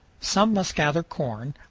some must gather corn,